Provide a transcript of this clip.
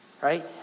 right